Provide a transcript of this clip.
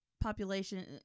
population